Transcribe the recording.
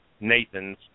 Nathan's